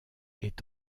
est